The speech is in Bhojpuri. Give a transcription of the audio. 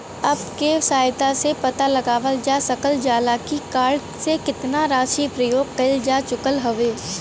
अप्प के सहायता से पता लगावल जा सकल जाला की कार्ड से केतना राशि प्रयोग कइल जा चुकल हउवे